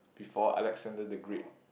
before Alexander-the-Great